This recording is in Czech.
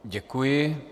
Děkuji.